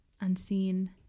unseen